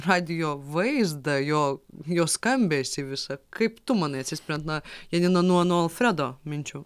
radijo vaizdą jo jo skambesį visą kaip tu manai atsispiriant na janina nuo nuo alfredo minčių